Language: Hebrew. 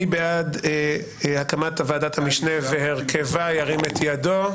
מי בעד הקמת ועדת המשנה והרכבה ירידם את ידו?